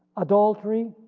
adultery,